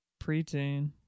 preteen